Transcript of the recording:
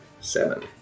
Seven